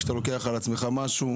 כשאתה לוקח על עצמך משהו,